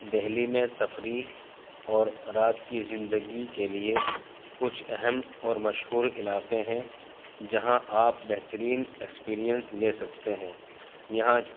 دہلی میں تفریح اور رات کی زندگی کے لیے کچھ اہم اور مشہور علاقے ہیں جہاں آپ بہترین ایکسپریئنس لے سکتے ہیں یہاں